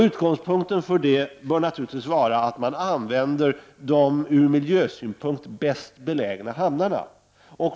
Utgångspunkten bör vara att man använder de från miljösynpunkt bäst belägna hamnarna.